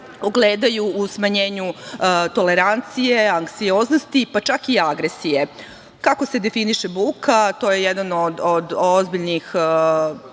ogledaju u smanjenju tolerancije, anksioznosti, pa čak i agresije. Kako se definiše buka? To je jedan od ozbiljnih